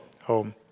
Home